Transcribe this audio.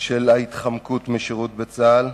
של ההתחמקות משירות בצה"ל,